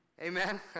Amen